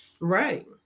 Right